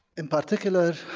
in particular,